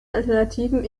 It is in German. alternativen